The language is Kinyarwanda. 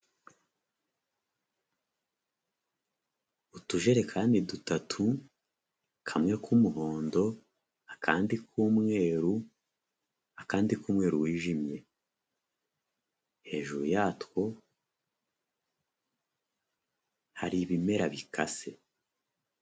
Utujerekani dutatu kamwe k'umuhondo akandi k'umweru akandi k'umweru wijimye, hejuru yatwo hari ibimera bikase.